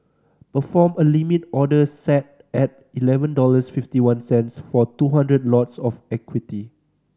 perform a Limit order set at eleven dollars fifty one cents for two hundred lots of equity